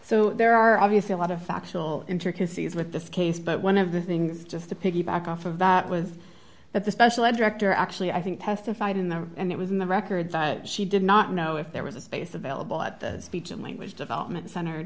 so there are obviously a lot of factual intricacies with this case but one of the things just to piggyback off of that was that the special ed director actually i think testified in the end it was in the record she did not know if there was a space available at the speech and language development center